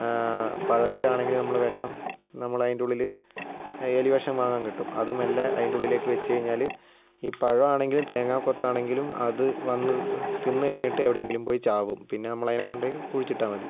പഴത്തിലാണെങ്കിലും നമ്മൾ വിഷം നമ്മൾ അതിൻ്റെ ഉള്ളിൽ എലിവിഷം വാങ്ങാൻ കിട്ടും അതു മെല്ലെ അതിൻ്റെ ഉള്ളിലേക്കു വച്ചു കഴിഞ്ഞാൽ ഈ പഴം ആണെങ്കിലും തേങ്ങാക്കൊത്താണെങ്കിലും അതു വന്ന് തിന്ന് കഴിഞ്ഞിട്ട് എവിടെ എങ്കിലും പോയി ചാകും പിന്നെ നമ്മൾ അതിനെ കൊണ്ടുപോയി കുഴിച്ചിട്ടാൽ മതി